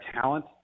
talent